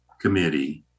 Committee